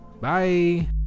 bye